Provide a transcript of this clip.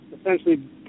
essentially